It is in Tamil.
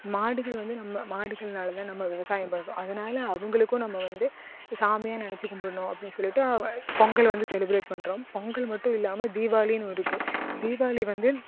மாடுகள் வந்து நம்ம மாடுகள்னால தான் நம்ம விவசாயம் பண்ணுறோம் அதனால் அவங்களுக்கு நம்ம வந்து சாமியாக நினச்சி கும்பிட்ணும் அப்படினு சொல்லிகிட்டு பொங்கல் வந்து செலிப்ரேட் பண்ணுறோம் பொங்கல் மட்டும் இல்லாமல் தீபாவளின்னு ஒன்று இருக்குது தீபாவளி வந்து